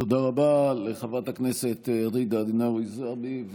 תודה רבה לחברת הכנסת ג'ידא רינאוי זועבי,